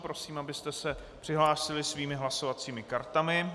Prosím, abyste se přihlásili svými hlasovacími kartami.